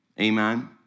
Amen